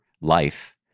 life